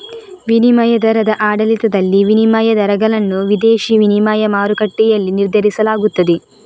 ವಿನಿಮಯ ದರದ ಆಡಳಿತದಲ್ಲಿ, ವಿನಿಮಯ ದರಗಳನ್ನು ವಿದೇಶಿ ವಿನಿಮಯ ಮಾರುಕಟ್ಟೆಯಲ್ಲಿ ನಿರ್ಧರಿಸಲಾಗುತ್ತದೆ